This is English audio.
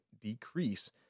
decrease